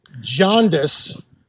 jaundice